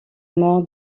mort